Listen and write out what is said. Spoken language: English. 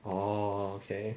orh okay